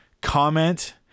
comment